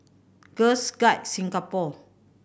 Girls Guide Singapore